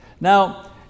Now